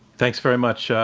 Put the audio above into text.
thanks very much,